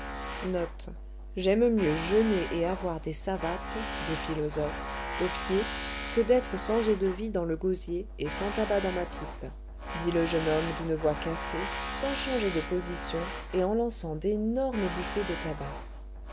j'aime mieux faire la tortue et avoir des philosophes aux arpions que d'être sans eau d'aff dans l'avaloir et sans tréfoin dans ma chiffarde dit le jeune homme d'une voix cassée sans changer de position et en lançant d'énormes bouffées de tabac